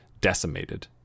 decimated